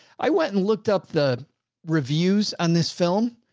i went and looked up the reviews on this film.